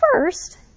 first